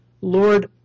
Lord